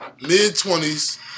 mid-twenties